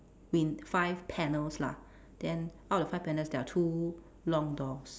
win~ five panels lah then out of five panels there are two long doors